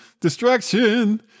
distraction